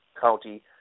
County